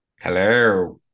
Hello